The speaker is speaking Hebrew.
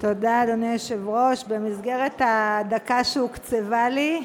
אדוני היושב-ראש, תודה, במסגרת הדקה שהוקצבה לי,